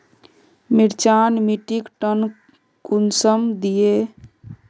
मिर्चान मिट्टीक टन कुंसम दिए?